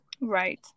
right